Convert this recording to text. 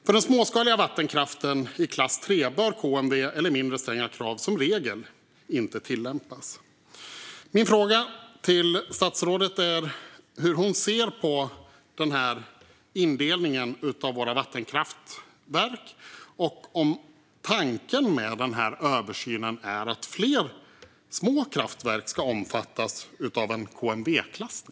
För den småskaliga vattenkraften i klass 3 bör KMV eller mindre stränga krav som regel inte tillämpas. Min fråga till statsrådet är hur hon ser på den här indelningen av våra vattenkraftverk och om tanken med översynen är att fler små kraftverk ska omfattas av en KMV-klassning.